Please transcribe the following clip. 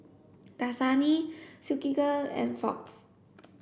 Dasani Silkygirl and Fox